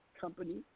company